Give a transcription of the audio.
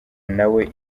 nawe